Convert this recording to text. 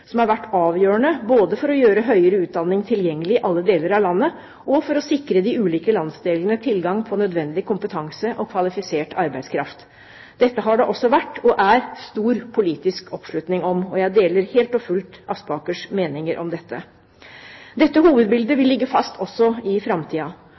som har vært avgjørende både for å gjøre høyere utdanning tilgjengelig i alle deler av landet og for å sikre de ulike landsdelene tilgang på nødvendig kompetanse og kvalifisert arbeidskraft. Dette har det også vært, og er, stor politisk oppslutning om. Jeg deler helt og fullt representanten Aspakers meninger om dette. Dette hovedbildet